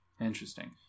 Interesting